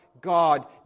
God